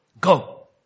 Go